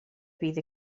bydd